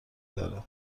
دارد